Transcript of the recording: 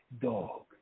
Dog